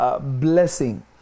Blessing